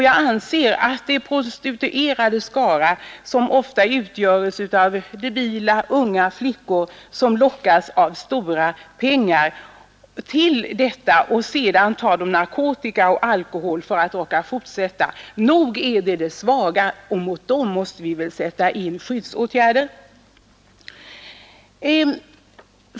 Jag anser att de prostituerades skara verkligen utgörs av de svaga — det är i stor utsträckning debila unga flickor som lockas av stora pengar och sedan tar till narkotika och alkohol för att orka fortsätta. Nog är det de svaga, och för dem måste vi väl sätta in skyddsåtgärder?